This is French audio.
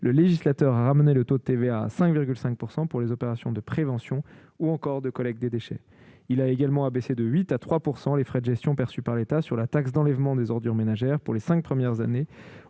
le législateur a ramené le taux de TVA à 5,5 % pour les opérations de prévention ou celles de collecte des déchets. Il a également fait passer de 8 % à 3 % les frais de gestion perçus par l'État sur la taxe d'enlèvement des ordures ménagères pour les cinq premières années